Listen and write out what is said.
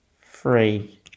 Three